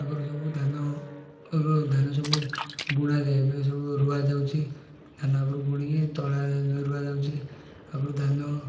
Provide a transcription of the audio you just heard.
ଆଗରୁ ସବୁ ଧାନ ଅଲଗା ଧାନ ସବୁ ବୁଣାଯାଏ ଏବେ ସବୁ ରୁଆ ଯାଉଛି ଧାନ ଆଗରୁ ବୁଣିକି ତଳା ରୁଆ ଯାଉଛି ଆଗରୁ ଧାନ